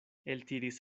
eltiris